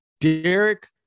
Derek